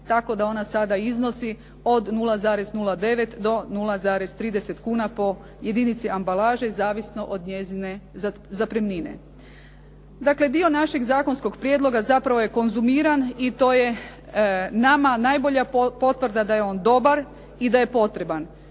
tako da ona sada iznosi od 0,09 do 0,30 kuna po jedinici ambalaže zavisno od njezine zapremnine. Dakle, dio našeg zakonskog prijedloga zapravo je konzumiran i to je nama najbolja potvrda da je on dobar i da je potreban.